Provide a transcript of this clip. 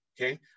okay